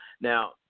Now